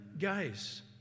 guys